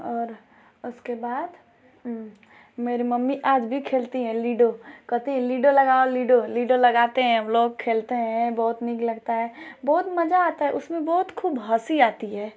और उसके बाद मेरी मम्मी आज भी खेलती हैं लीडो कहती लीडो लगाओ लीडो लीडो लगाते हैं हमलोग खेलते हैं बहुत नीक लगता है बहुत मज़ा आता है उसमें बहुत खूब हँसी आती है